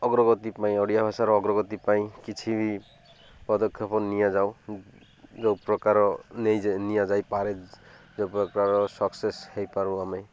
ଅଗ୍ରଗତି ପାଇଁ ଓଡ଼ିଆ ଭାଷାର ଅଗ୍ରଗତି ପାଇଁ କିଛି ବି ପଦକ୍ଷେପ ନିଆଯାଉ ଯେଉଁ ପ୍ରକାର ନେଇ ନିଆଯାଇପାରେ ଯେଉଁ ପ୍ରକାର ସକ୍ସେସ୍ ହେଇପାରୁ ଆମେ